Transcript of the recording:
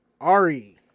Ari